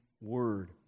word